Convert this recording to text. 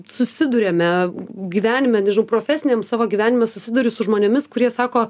susiduriame gyvenime nežinau profesiniam savo gyvenime susiduriu su žmonėmis kurie sako